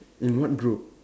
in what group